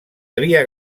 havia